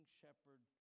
shepherd